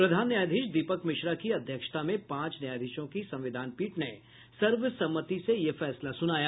प्रधान न्यायाधीश दीपक मिश्रा की अध्यक्षता में पांच न्यायाधीशों की संविधान पीठ ने सर्वसम्मति से यह फैसला सुनाया